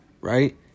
right